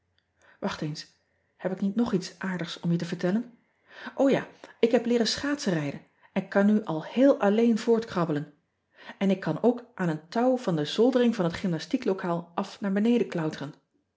eens heb ik niet nog iets aardigs om je te vertellen ja ik heb leeren schaatsenrijden en kan nu al heel alleen voortkrabbelen n ik kan ook aan eon touw van de zoldering van het gymnastieklokaal of naar beneden klauteren